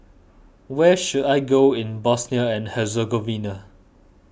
where should I go in Bosnia and Herzegovina